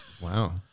Wow